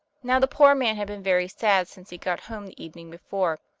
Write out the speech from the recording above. now the poor man had been very sad since he got home the evening before,